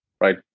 right